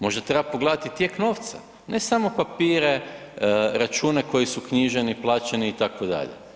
Možda treba pogledati tijek novca, ne samo papire, račune koji si knjiženi, plaćeni, itd.